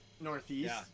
northeast